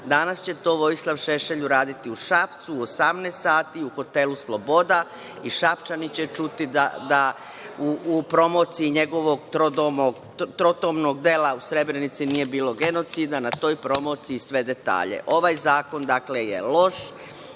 Danas će to Vojislav Šešelj uraditi u Šapcu u 18 sati u hotelu „Sloboda“ i Šapčani će čuti da u promociji njegovog trotomnog dela „U Srebrenici nije bilo genocida“, na toj promociji sve detalje. Ovaj zakon je loš.